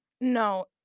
No